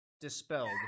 dispelled